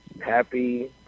happy